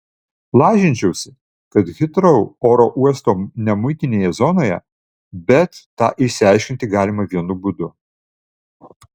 lažinčiausi kad hitrou oro uosto nemuitinėje zonoje bet tą išsiaiškinti galima vienu būdu